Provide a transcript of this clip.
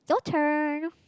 your turn